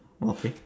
okay